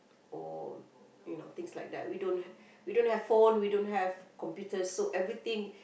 or you know things like that we don't have we don't have phone we don't have computers so everything